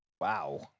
Wow